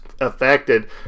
affected